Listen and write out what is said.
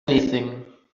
anything